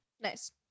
nice